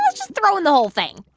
ah just throw in the whole thing